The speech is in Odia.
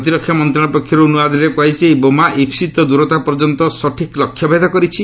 ପ୍ରତିରକ୍ଷା ମନ୍ତ୍ରଣାଳୟ ପକ୍ଷରୁ ନୂଆଦିଲ୍ଲୀରେ କୁହାଯାଇଛି ଏହି ବୋମା ଇପ୍ସିତ ଦୂରତା ପର୍ଯ୍ୟନ୍ତ ସଠିକ୍ ଲକ୍ଷ୍ୟଭେଦ କରିଛି